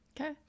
Okay